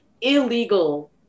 illegal